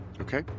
Okay